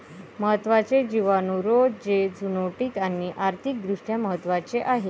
महत्त्वाचे जिवाणू रोग जे झुनोटिक आणि आर्थिक दृष्ट्या महत्वाचे आहेत